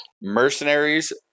Mercenaries